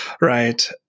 right